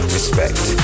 Respect